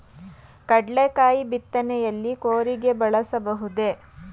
ಕಡ್ಲೆಕಾಯಿ ಬಿತ್ತನೆಯಲ್ಲಿ ಕೂರಿಗೆ ಬಳಸಬಹುದೇ?